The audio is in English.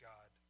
God